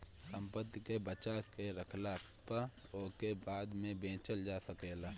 संपत्ति के बचा के रखला पअ ओके बाद में बेचल जा सकेला